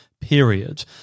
period